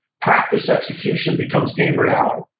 practice execution becomes game reality.